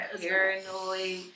paranoid